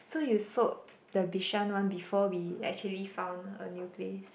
so you sold the Bishan one before we actually found a new place